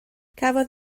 cafodd